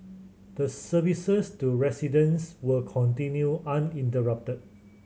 the services to residents will continue uninterrupted